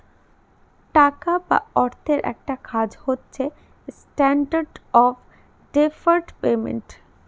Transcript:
টাকা বা অর্থের একটা কাজ হচ্ছে স্ট্যান্ডার্ড অফ ডেফার্ড পেমেন্ট